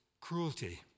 cruelty